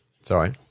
Sorry